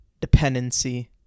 dependency